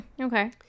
Okay